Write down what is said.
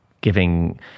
giving